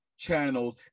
Channels